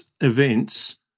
events